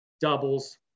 doubles